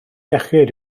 iechyd